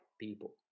people